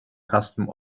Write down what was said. customs